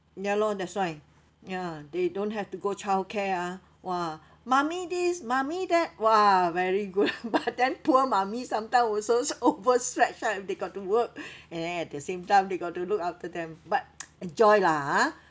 ya lor that's why ya they don't have to go childcare ah !wah! mummy this mummy that !wah! very good but then poor mummy sometimes also overstretch ah if they got to work and then at the same time they got to look after them but enjoy lah ah